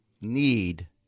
need